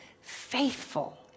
Faithful